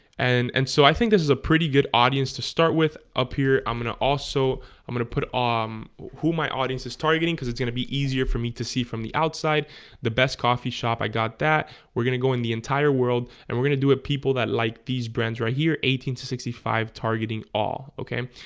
and and so i think this is a pretty good audience to start with up here. i'm gonna also i'm gonna put on um who my audience is targeting cuz it's gonna be easier for me to see from the outside the best coffee shop i got that we're gonna go in the entire world and we're gonna do it people that like these brands right here eighteen to sixty five targeting all okay,